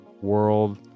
world